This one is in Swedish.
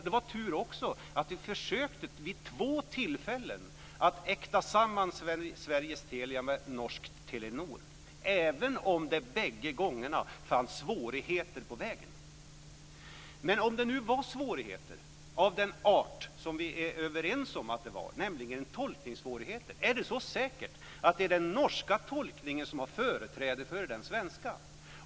Det var också tur att vi vid två tillfällen försökte äkta samman Sveriges Telia med norskt Telenor - även om det bägge gångerna fanns svårigheter på vägen. Men om det nu var svårigheter av den art vi var överens om, nämligen tolkningssvårigheter, är det så säkert att det är den norska tolkningen som har företräde före den svenska?